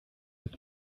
with